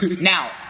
Now